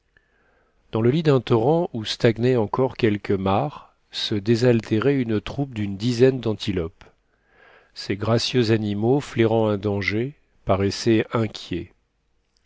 dans le lit d'un torrent où stagnaient encore quelques mares se désaltérait une troupe d'une dizaine d'antilopes ces gracieux animaux flairant un danger paraissaient inquiets